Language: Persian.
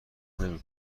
نمی